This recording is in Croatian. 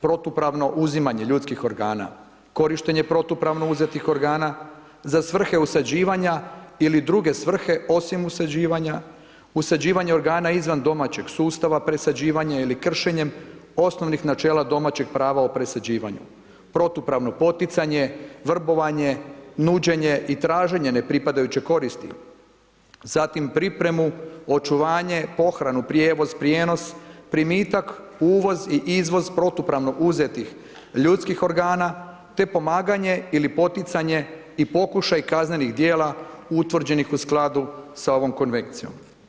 Protupravno uzimanje ljudskih organa, korištenje protupravno uzeti organa za svrhe usađivanja ili druge svrhe osim usađivanja, usađivanje organa izvan domaćem sustava presađivanje ili kršenjem osnovnih načela domaćeg prava o presađivanju, protupravno poticanje, vrbovanje, nuđenje i traženje ne pripadajuće koristi, zatim pripremu, očuvanje, pohranu, prijevoz, prijenos, primitak, uvoz i izvoz protupravno uzetih ljudskih organa te pomaganje ili poticanje i pokušaj kaznenih djela utvrđenih u skladu s ovom konvencijom.